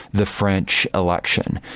the french election.